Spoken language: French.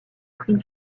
prix